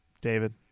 David